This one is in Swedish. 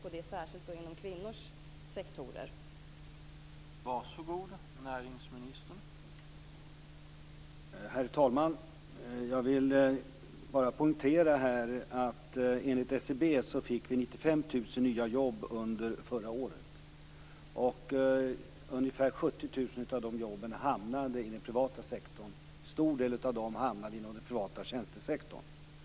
Och det gäller särskilt inom de sektorer där det finns mest kvinnor.